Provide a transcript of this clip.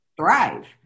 thrive